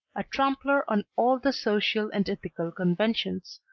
a trampler on all the social and ethical conventions,